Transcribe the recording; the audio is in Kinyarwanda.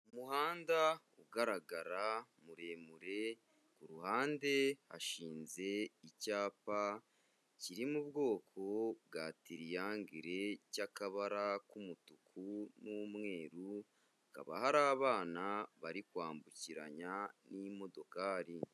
Umuhanda ugaragara muremure kuruhande hashinze icyapa kirimo ubwoko bwa tiriyangere cyakabara k'umutuku n'umweru hakaba hari abana bari kwambukiranya n'imodokari.